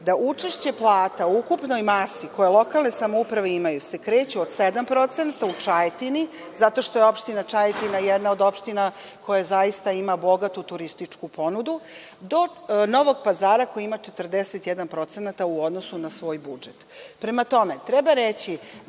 da učešće plata da u ukupnoj masi koje lokalne samouprave imaju se kreće od 7% u Čajetini zato što je opština Čajetina jedna od opština koja ima zaista bogatu turističku ponudu, do Novog Pazara koji ima 41% u odnosu na svoj budžet. Prema tome, treba reći